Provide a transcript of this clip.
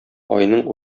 айның